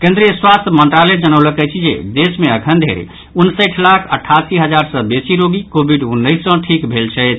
केंद्रीय स्वास्थ्य मंत्रालय जनौलक अछि जे देश मे अखन धरि उनसठि लाख अठासी हजार सँ बेसी रोगी कोविड उन्नैस सँ ठीक भेल छथि